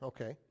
Okay